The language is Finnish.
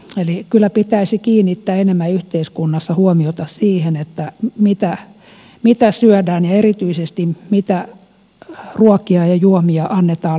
eli kyllä pitäisi kiinnittää enemmän yhteiskunnassa huomiota siihen mitä syödään ja erityisesti mitä ruokia ja juomia annetaan lapsille